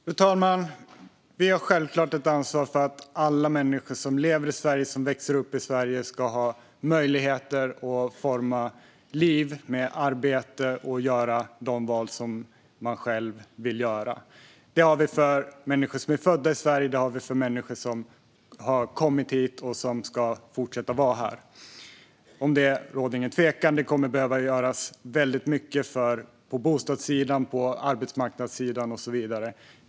Fru talman! Vi har självklart ett ansvar för att alla människor som lever i Sverige och som växer upp i Sverige ska ha möjlighet att forma sina liv med arbete och göra de val som de själva vill göra. Detta ansvar har vi för människor som är födda i Sverige, och det har vi för människor som har kommit hit och som ska fortsätta vara här. Om detta råder ingen tvekan. Det kommer att behöva göras väldigt mycket på bostadssidan, på arbetsmarknadssidan och så vidare.